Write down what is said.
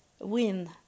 win